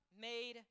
made